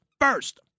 first